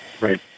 Right